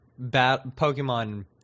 Pokemon